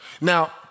Now